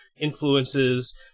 influences